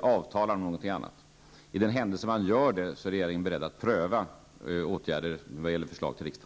avtalar om någonting annat. I den händelse man gör det är regeringen beredd att pröva åtgärder vad gäller förslag till riksdagen.